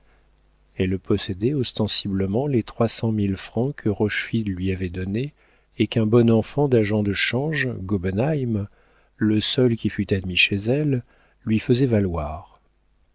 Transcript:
elle possédait ostensiblement les trois cent mille francs que rochefide lui avait donnés et qu'un bon enfant d'agent de change gobenheim le seul qui fût admis chez elle lui faisait valoir